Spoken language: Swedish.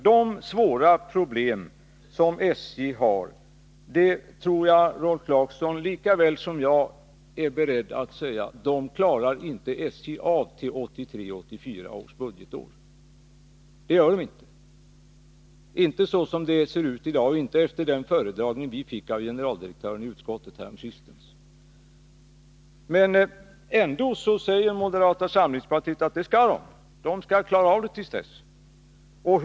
Jag tror att Rolf Clarkson lika väl som jag är beredd att säga att SJ, som det ser ut i dag, inte fram till budgetåret 1983/84 klarar de svåra problem som SJ har. Det framgick också av den föredragning som vi fick i utskottet av generaldirektören häromsistens. Men moderata samlingspartiet menar ändå att man skall klara av detta på den här tiden.